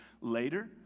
later